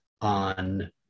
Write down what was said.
on